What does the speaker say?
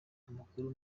amakuru